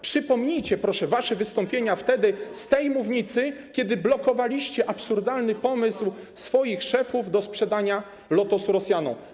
Przypomnijcie, proszę, wasze wystąpienia z tej mównicy wtedy, kiedy blokowaliście absurdalny pomysł swoich szefów dotyczący sprzedania Lotosu Rosjanom.